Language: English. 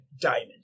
diamond